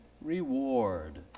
reward